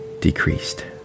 decreased